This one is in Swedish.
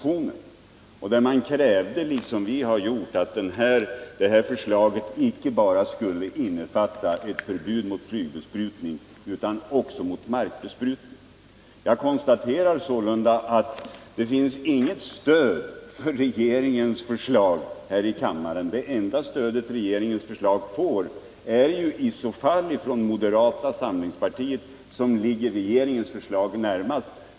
I denna motion krävde man, liksom vi har gjort, att riksdagens beslut skulle innefatta förbud icke bara mot flygbesprutning utan också mot markbesprutning. Jag konstaterar sålunda att det inte finns något underlag i kammaren för regeringens förslag. Det enda stöd som regeringens förslag kan få kommer möjligen från moderata samlingspartiet, vars ställningstagande ligger regeringens förslag närmast.